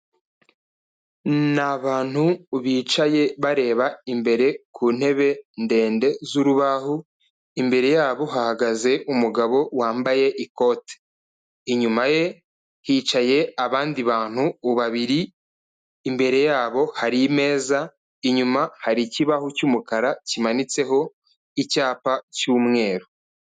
Ni abantu bicaye bareba imbere ku ntebe ndende z'urubaho, imbere yabo hahagaze umugabo wambaye ikote. Inyuma ye hicaye abandi bantu babiri, imbere yabo hari imeza, inyuma hari ikibaho cy'umukara kimanitseho icyapa cy'umweru.